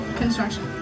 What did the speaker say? construction